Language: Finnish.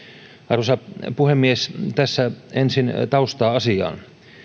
arvoisa puhemies tässä ensin taustaa asiaan